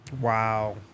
Wow